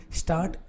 start